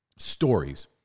stories